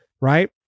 right